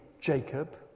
Jacob